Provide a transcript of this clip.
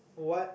what